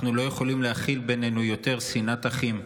אנחנו לא יכולים להכיל בינינו יותר שנאת אחים.